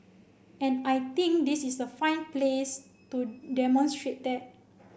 and I think this is a fine place to demonstrate that